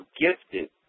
gifted